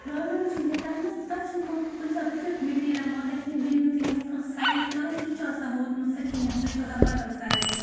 problem چھِ یہِ تَتھ منٛز تَتھ چھَنہٕ کانٛہہ کُنہِ ساتہٕ تیُتھ مَٹیٖریَل واتان کِہیٖنۍ بیٚیہِ یُتھ یۄس کانٛہہ سایز کَرو سُہ تہِ چھُ آسان ووتمُت سُہ کِہیٖنۍ سُہ چھُ آسان بَدل سایز ووتمُت